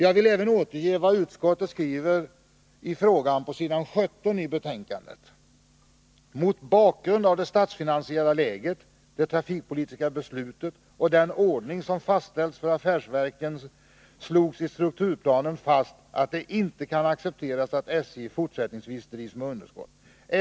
Jag vill också återge vad utskottet skriver i frågan på s. 17 i betänkandet: ”Mot bakgrund av det statsfinansiella läget, det trafikpolitiska beslutet och den ordning som fastställts för affärsverken slogs i strukturplanen fast att det inte kan accepteras att SJ fortsättningsvis drivs med underskott.